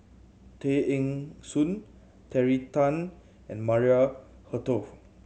Tay Eng Soon Terry Tan and Maria Hertogh